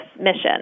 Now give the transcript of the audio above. mission